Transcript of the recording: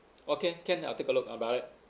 okay can I'll take a look about it